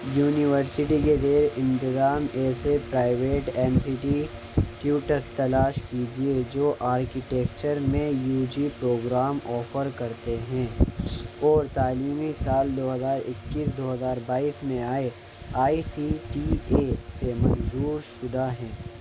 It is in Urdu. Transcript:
یونیورسٹی کے زیر انتظام ایسے پرائیویٹ انسٹیٹیٹیوٹس تلاش کیجیے جو آرکٹیکچر میں یو جی پروگرام آفر کرتے ہیں اور تعلیمی سال دو ہزار اکیس دو ہزار بائیس میں A I C T E سے منظور شدہ ہیں